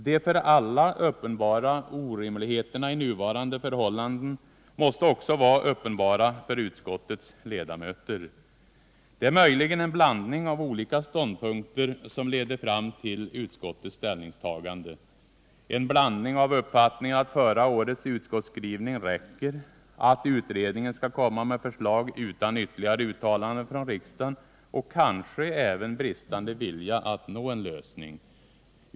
De för alla uppenbara orimligheterna i nuvarande förhållanden måste också vara uppenbara för utskottets ledamöter. Det är möjligen en blandning av olika ståndpunkter som leder fram till utskottets ställningstagande, en blandning av uppfattningarna att förra årets utskottsskrivning räcker, att utredningen skall komma med förslag utan ytterligare uttalande från riksdagen och kanske även bristande vilja att nå en lösning.